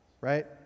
Right